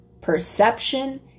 Perception